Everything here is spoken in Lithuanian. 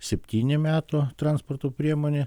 septyni metų transporto priemonė